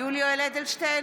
יולי יואל אדלשטיין,